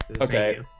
Okay